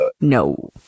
no